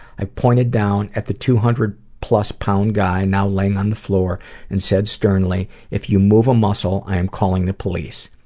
i pointed down at the two hundred plus and guy now laying on the floor and said sternly, if you move a muscle, i'm calling the police.